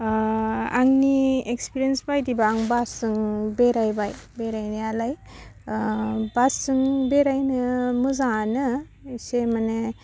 आंनि एक्सप्रेन्स बायदिबा आं बासजों बेरायबाय बेरायनायालाइ बासजों बेरायनो मोजाङानो एसे माने